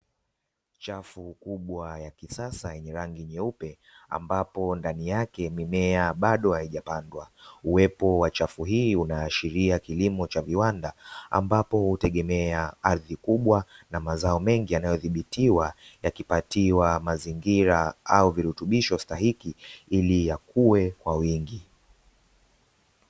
Chafu kubwa ya kisasa yenye rangi nyeupe ambapo ndani yake mimea bado haijapandwa. Uwepo wa chafu hii unaashiria kilimo cha viwanda, ambapo hutegemea ardhi kubwa na mazao mengi yanayodhibitiwa yakipatiwa mazingira au virutubisho stahiki ili yakuwe kwa wingi.